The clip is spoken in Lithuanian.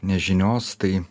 nežinios tai